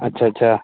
अच्छा अच्छा